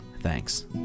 Thanks